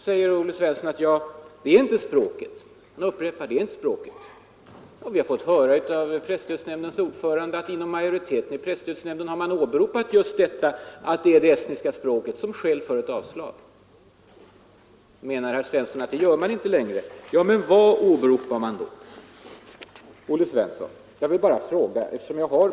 Då upprepar Olle Svensson att det inte är språket som diskrimineras. Vi har visserligen fått höra av presstödsnämndens ordförande att majoriteten i nämnden har åberopat som ett skäl för avslag att tidningen trycks på estniska språket. Menar herr Svensson att så inte längre är fallet? Men vad åberopar man då? Jag har presstödkungörelsen här.